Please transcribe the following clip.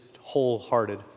wholehearted